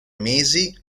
mesi